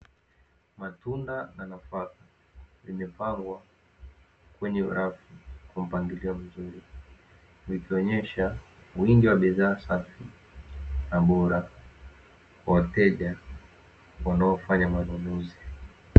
Matunda na nafaka, vimepangwa kwenye rafu kwa mpangilio mzuri, vikionyesha wingi wa bidhaa safi na bora kwa wateja wanaofanya manunuzi.